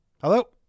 Hello